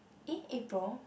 eh April